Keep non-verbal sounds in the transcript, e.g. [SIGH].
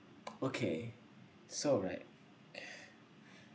okay so right [BREATH]